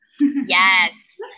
Yes